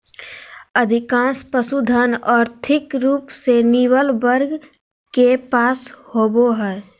अधिकांश पशुधन, और्थिक रूप से निर्बल वर्ग के पास होबो हइ